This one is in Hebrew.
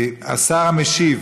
השר משיב.